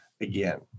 again